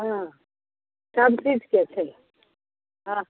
हँ सबचीजके छै हँ